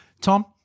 Tom